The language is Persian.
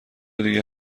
دیگه